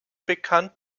bekannt